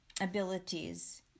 abilities